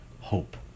hope